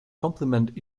complement